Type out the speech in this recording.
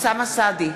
אוסאמה סעדי,